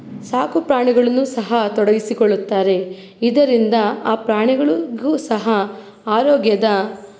ಸಾಕು ಪ್ರಾಣಿಗಳನ್ನು ಸಹ ತೊಡಗಿಸಿಕೊಳ್ಳುತ್ತಾರೆ ಇದರಿಂದ ಆ ಪ್ರಾಣಿಗಳಿಗೂ ಸಹ ಆರೋಗ್ಯದ